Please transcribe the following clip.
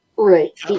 Right